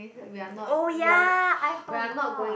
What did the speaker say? we are not we are we are not going